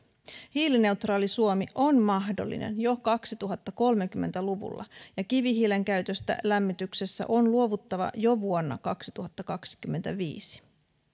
hiilineutraali suomi on mahdollinen jo kaksituhattakolmekymmentä luvulla ja kivihiilen käytöstä lämmityksessä on luovuttava jo vuonna kaksituhattakaksikymmentäviisi